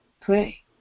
pray